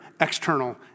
external